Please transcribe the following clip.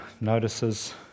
notices